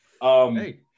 hey